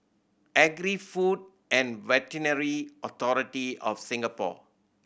Agri Food and Veterinary Authority of Singapore